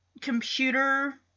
computer